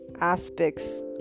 aspects